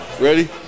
Ready